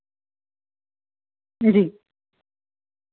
जी